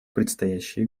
предстоящие